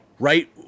Right